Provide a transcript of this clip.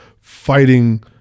fighting